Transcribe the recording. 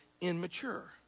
immature